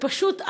ופשוט,